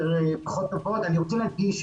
אני רוצה להדגיש,